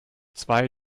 zwei